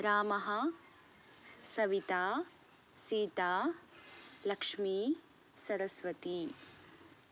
रामः सविता सीता लक्ष्मी सरस्वती